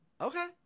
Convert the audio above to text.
Okay